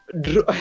Draw